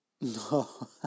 No